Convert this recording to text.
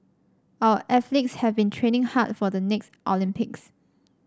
our athletes have been training hard for the next Olympics